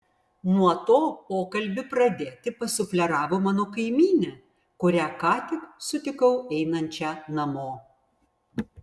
nuo to pokalbį pradėti pasufleravo mano kaimynė kurią ką tik sutikau einančią namo